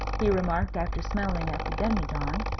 he remarked, after smelling at the demijohn.